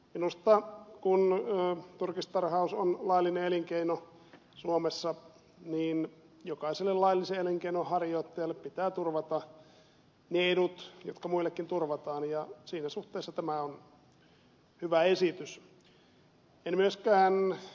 minusta kun turkistarhaus on laillinen elinkeino suomessa jokaiselle laillisen elinkeinon harjoittajalle pitää turvata ne edut jotka muillekin turvataan ja siinä suhteessa tämä on hyvä esitys